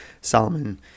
Solomon